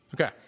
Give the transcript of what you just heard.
Okay